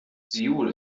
seoul